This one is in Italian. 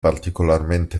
particolarmente